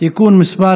(תיקון מס'